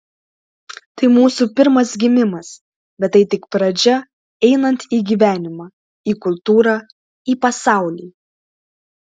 tai mūsų pirmas gimimas bet tai tik pradžia einant į gyvenimą į kultūrą į pasaulį